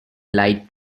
light